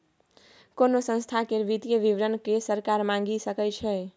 कोनो संस्था केर वित्तीय विवरण केँ सरकार मांगि सकै छै